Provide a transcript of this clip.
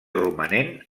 romanent